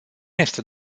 este